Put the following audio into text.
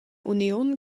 uniun